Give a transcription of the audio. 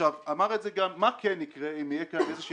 בעשור האחרון, והוא בעצמו מטיל עשרות